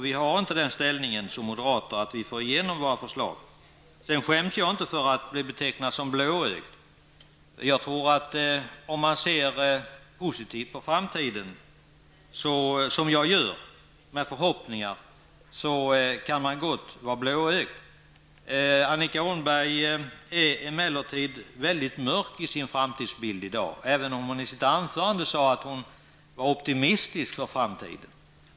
Vi har inte den ställningen som moderater att vi får igenom våra förslag. Jag skäms inte för att bli betecknad som blåögd. Om man ser positivt på framtiden, som jag gör med förhoppningar, kan man gott vara blåögd. Annika Åhnberg är emellertid mörk i sin framtidsbild i dag, även om hon i sitt anförande sade att hon var optimistisk inför framtiden.